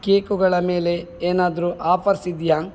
ಕೇಕುಗಳ ಮೇಲೆ ಏನಾದರೂ ಆಫರ್ಸ್ ಇದೆಯಾ